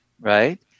right